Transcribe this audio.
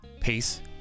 Peace